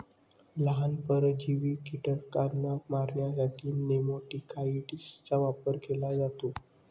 लहान, परजीवी कीटकांना मारण्यासाठी नेमॅटिकाइड्सचा वापर केला जातो